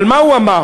אבל מה הוא אמר?